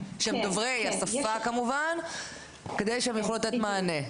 שהם דוברי השפה כמובן, על מנת שהם יוכלו לתת מענה.